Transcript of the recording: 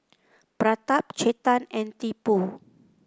Pratap Chetan and Tipu